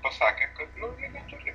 pasakė kad nu jie neturi